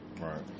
right